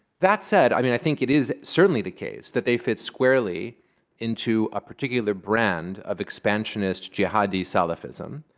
that said, i mean i think it is certainly the case that they fit squarely into a particular brand of expansionist jihadi salafism,